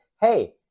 hey